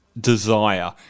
desire